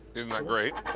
isn't that great?